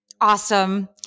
Awesome